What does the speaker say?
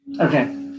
Okay